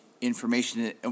information